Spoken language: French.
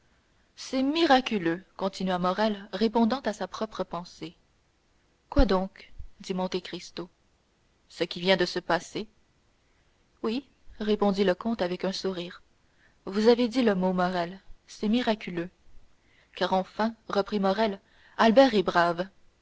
c'est miraculeux continua morrel répondant à sa propre pensée quoi donc dit monte cristo ce qui vient de se passer oui répondit le comte avec un sourire vous avez dit le mot morrel c'est miraculeux car enfin reprit morrel albert est brave